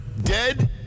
dead